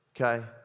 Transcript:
Okay